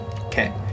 Okay